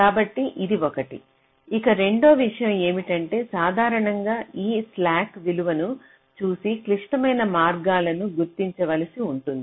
కాబట్టి ఇది ఒకటి ఇక రెండో విషయం ఏమిటంటే సాధారణంగా ఈ స్లాక్ విలువను చూసి క్లిష్టమైన మార్గాలను గుర్తించ వలసి ఉంటుంది